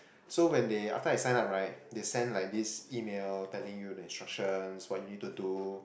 so when they after I sign up right they send like this email telling you the instructions what you need to do